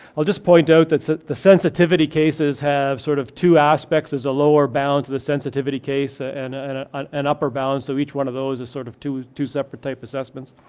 i'll just point out that so the sensitivity cases have sort of two aspects as a lower bound to the sensitivity case, ah and and ah an an upper balance. so each one of those is sort of two two separate type assessments.